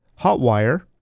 hotwire